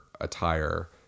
attire